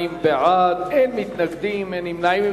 22 בעד, אין מתנגדים ואין נמנעים.